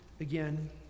again